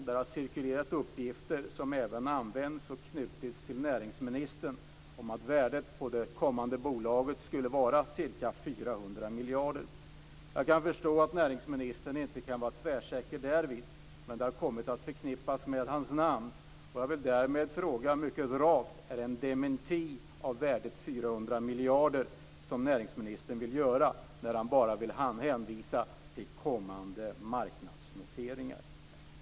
Det har cirkulerat uppgifter, som även använts och knutits till näringsministern, om att värdet på det kommande bolaget skulle vara ca 400 miljarder. Jag kan förstå att näringsministern inte kan vara tvärsäker därvid, men uppgifterna har kommit att förknippas med hans namn. Jag vill därmed fråga mycket rakt om det är en dementi av uppgiften att värdet blir 400 miljarder som näringsministern vill göra när han bara hänvisar till kommande marknadsnoteringar.